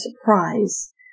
surprise